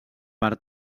per